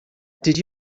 did